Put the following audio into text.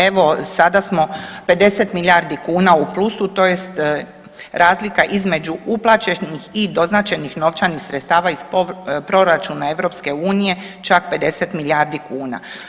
Evo, sada smo 50 milijardi kuna u plusu tj. razlika između uplaćenih i doznačenih novčanih sredstava iz proračuna EU čak 50 milijardi kuna.